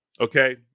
Okay